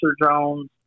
drones